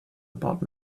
about